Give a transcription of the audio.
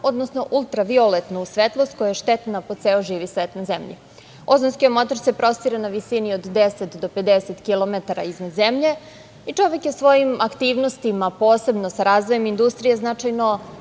odnosno ultravioletnu svetlost koja je štetna po ceo živi svet na zemlji. Ozonski omotač se prostire na visini od 10 do 50 kilometara iznad zemlji i čovek je svojim aktivnostima, posebno sa razvojem industrije značajno